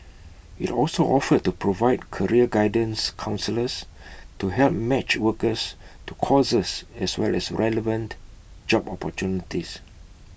IT also offered to provide career guidance counsellors to help match workers to courses as well as relevant job opportunities